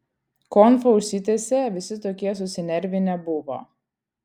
konfa užsitęsė visi tokie susinervinę buvo